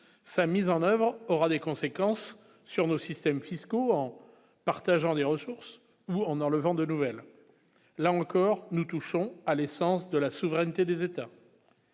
sa mise en oeuvre, on aura des conséquences sur nos systèmes fiscaux en partageant les ressources en enlevant de nouvelles, là encore, nous touchons à l'essence de la souveraineté des États.